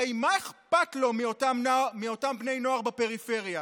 הרי מה אכפת לו מאותם בני נוער בפריפריה,